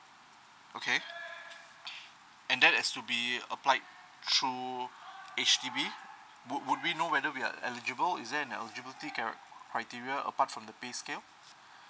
okay and that is to be applied through H_D_B would would we know whether we are eligible is there an eligibility charac~ criteria apart from the pay scale